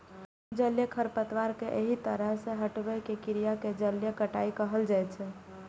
जलीय खरपतवार कें एहि तरह सं हटाबै के क्रिया कें जलीय कटाइ कहल जाइ छै